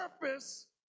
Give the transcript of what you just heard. purpose